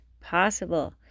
possible